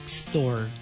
store